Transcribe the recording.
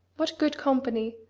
what good company!